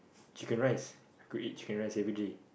chicken rice I could eat chicken rice everyday